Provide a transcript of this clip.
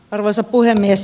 arvoisa puhemies